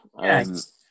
Yes